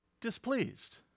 displeased